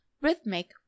rhythmic